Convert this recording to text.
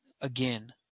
again